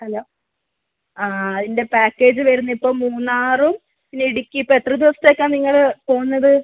hello ആ അതിൻ്റെ package വരുന്നതിപ്പം മൂന്നാറും പിന്നെ ഇടുക്കി ഇപ്പോൾ എത്ര ദിവസത്തേക്കാണ് നിങ്ങൾ പോവുന്നത്